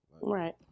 right